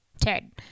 Ted